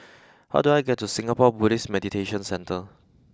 how do I get to Singapore Buddhist Meditation Centre